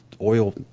oil